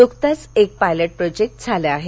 नुकतंच एक pilot project झालं आहे